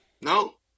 No